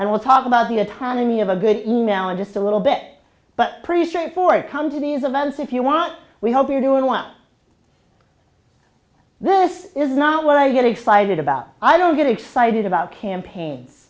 and we'll talk about the autonomy of a good team now in just a little bit but pretty straightforward come to these events if you want we hope you're doing a lot this is not what i get excited about i don't get excited about campaigns